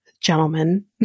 gentlemen